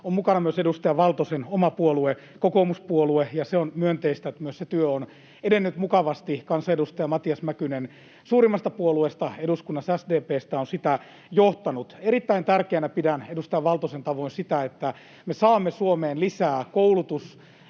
on mukana myös edustaja Valtosen oma puolue, kokoomuspuolue, ja se on myönteistä, että myös se työ on edennyt mukavasti. Kansanedustaja Matias Mäkynen suurimmasta puolueesta eduskunnassa, SDP:stä, on sitä johtanut. Erittäin tärkeänä pidän edustaja Valtosen tavoin sitä, että me saamme Suomeen lisää koulutus-